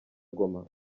goma